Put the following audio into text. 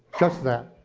just that.